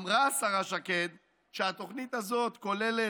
אמרה השרה שקד שהתוכנית הזאת כוללת,